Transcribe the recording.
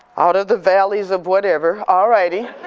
out of the valleys of whatever, alrighty.